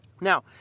Now